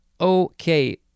Okay